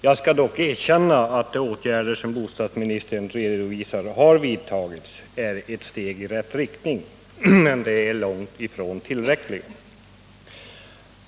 Jag skall dock erkänna att de vidtagna åtgärder som bostadsministern redovisar är ett steg i rätt riktning, men de är långt ifrån tillräckliga.